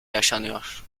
yaşanıyor